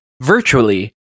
virtually